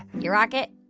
you rock it?